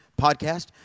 podcast